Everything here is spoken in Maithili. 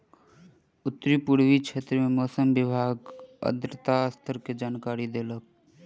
उत्तर पूर्वी क्षेत्र में मौसम विभाग आर्द्रता स्तर के जानकारी देलक